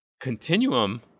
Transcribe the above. continuum